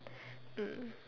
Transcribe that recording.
mm